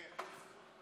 קריאה: